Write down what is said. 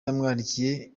yamwandikiye